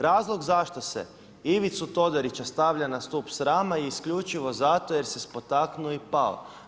Razlog zašto se Ivicu Todorića stavlja na stup srama je isključivo zato jer se spotaknuo i pao.